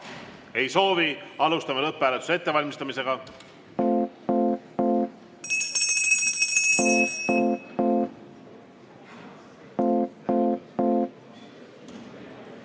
Ei soovi. Alustame lõpphääletuse ettevalmistamist.